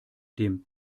dem